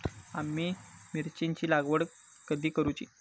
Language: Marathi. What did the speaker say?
आम्ही मिरचेंची लागवड कधी करूची?